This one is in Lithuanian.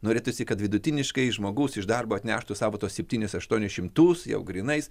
norėtųsi kad vidutiniškai žmogus iš darbo atneštų savo tuos septynis aštuonis šimtus jau grynais